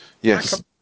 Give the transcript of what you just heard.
Yes